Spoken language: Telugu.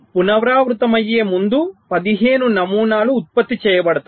పునరావృతమయ్యే ముందు 15 నమూనాలు ఉత్పత్తి చేయబడతాయి